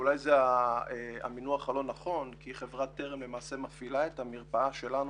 אולי זה המינוח הלא נכון כי חברת טרם למעשה מפעילה את המרפאה שלנו